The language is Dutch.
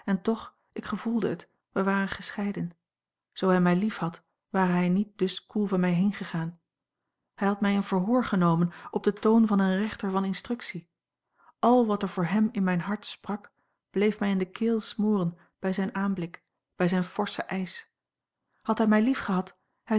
en toch ik gevoelde het wij waren gescheiden zoo hij mij liefhad ware hij niet dus koel van mij heengegaan hij had mij in verhoor genomen op den toon van een rechter van instructie al wat er voor hem in mijn hart sprak bleef mij in de keel smoren bij zijn aanblik bij zijn forschen eisch had hij mij